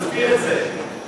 תסביר את זה.